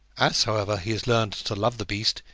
as, however, he has learned to love the beast,